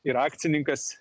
ir akcininkas